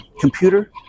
computer